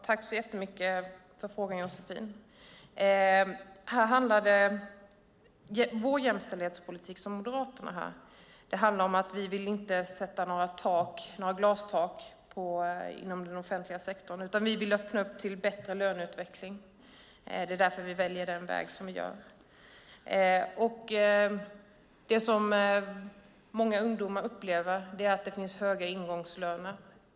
Fru talman! Vår jämställdhetspolitik handlar om att vi inte vill sätta några glasklara tak inom den offentliga sektorn. Vi vill öppna för en bättre löneutveckling. Det är därför vi väljer den väg som vi väljer. Det som många ungdomar upplever är att det finns höga ingångslöner.